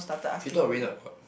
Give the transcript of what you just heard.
you thought rain ah got